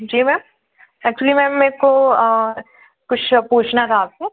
जी ma'am actually ma'am मेरे को कुछ पूछना था आपको